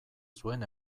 zuen